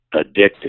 addicted